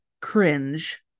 cringe